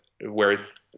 whereas